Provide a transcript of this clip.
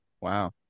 wow